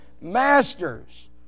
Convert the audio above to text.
masters